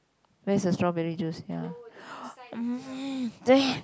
where's the strawberry juice ya